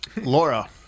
Laura